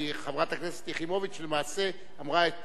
כי חברת הכנסת יחימוביץ למעשה אמרה את